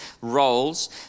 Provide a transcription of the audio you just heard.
roles